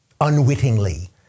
unwittingly